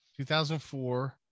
2004